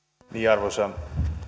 arvoisa